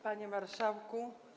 Panie Marszałku!